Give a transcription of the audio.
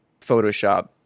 photoshop